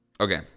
Okay